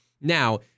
Now